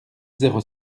zéro